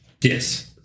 yes